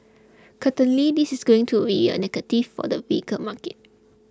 certainly this is going to be a negative for the vehicle market